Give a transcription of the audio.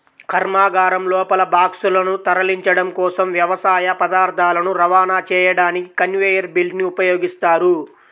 కర్మాగారం లోపల బాక్సులను తరలించడం కోసం, వ్యవసాయ పదార్థాలను రవాణా చేయడానికి కన్వేయర్ బెల్ట్ ని ఉపయోగిస్తారు